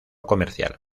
comercial